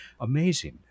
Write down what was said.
Amazing